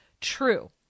true